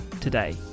today